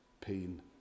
pain